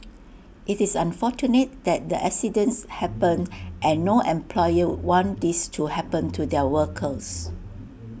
IT is unfortunate that the accidents happened and no employer want these to happen to their workers